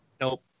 nope